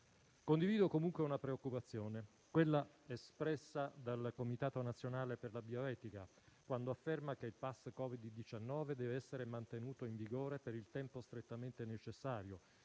Condivido comunque una preoccupazione, quella espressa dal Comitato nazionale per la bioetica, quando afferma che il *pass* Covid-19 deve essere mantenuto in vigore per il tempo strettamente necessario,